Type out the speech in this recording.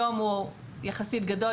היום הוא יחסית גדול,